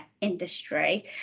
industry